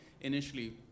initially